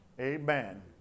Amen